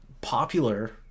popular